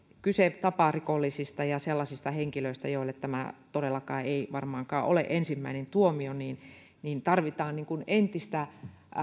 kyse taparikollisista ja sellaisista henkilöistä joille tämä todellakaan ei varmaankaan ole ensimmäinen tuomio niin niin tarvitaan entistä